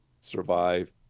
survive